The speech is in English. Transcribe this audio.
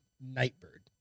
Nightbird